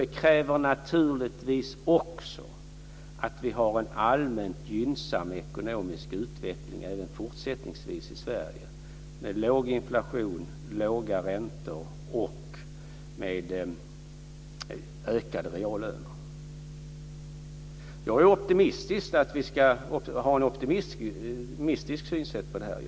Det krävs naturligtvis också att vi har en allmänt gynnsam ekonomisk utveckling även fortsättningsvis i Sverige, med låg inflation, låga räntor och ökade reallöner. Jag har en optimistisk syn på det här.